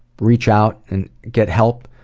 reach out and get help,